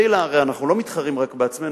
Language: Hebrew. הרי אנחנו לא מתחרים רק בעצמנו,